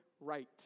Right